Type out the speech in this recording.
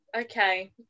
okay